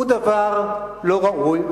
הוא דבר לא ראוי.